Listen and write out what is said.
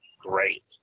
great